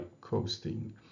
coasting